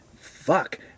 fuck